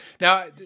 Now